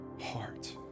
heart